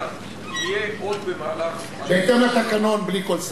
במליאה יהיה עוד במהלך, בהתאם לתקנון, בלי כל ספק.